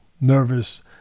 nervous